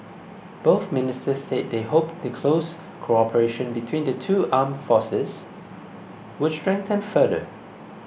both ministers said they hoped the close cooperation between the two armed forces would strengthen further